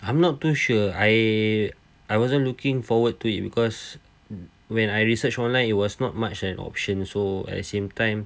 I'm not too sure I I wasn't looking forward to it because when I research online it was not much an option so at same time